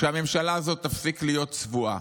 שהממשלה הזאת תפסיק להיות צבועה.